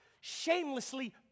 Shamelessly